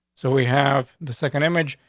so we have the second image,